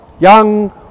young